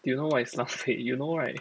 you know what is 狼狈 you know right